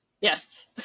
Yes